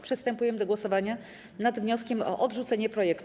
Przystępujemy do głosowania nad wnioskiem o odrzucenie projektu.